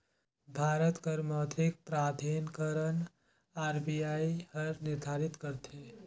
भारत कर मौद्रिक प्राधिकरन आर.बी.आई हर निरधारित करथे